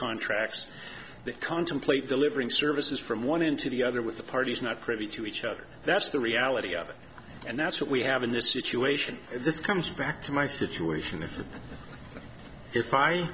contracts that contemplate delivering services from one into the other with the parties not privy to each other that's the reality of it and that's what we have in this situation this comes back to my situation if i